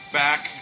back